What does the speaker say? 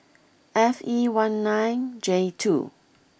F E one nine J two